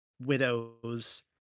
widows